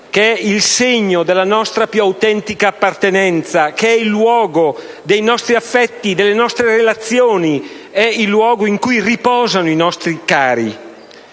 che è il segno della nostra più autentica appartenenza, che è il luogo dei nostri affetti, delle nostre relazioni, è il luogo in cui riposano i nostri cari.